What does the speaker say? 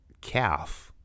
calf